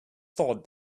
thought